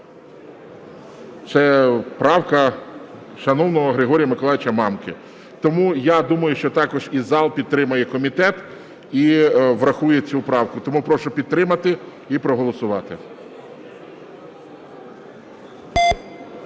Це правка шановного Григорія Миколайовича Мамки. Тому, я думаю, що також і зал підтримає і комітет, і врахує цю правку. Тому прошу підтримати і проголосувати.